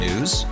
News